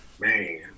man